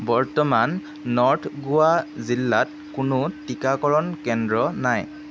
বৰ্তমান নৰ্থ গোৱা জিলাত কোনো টীকাকৰণ কেন্দ্ৰ নাই